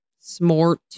Smart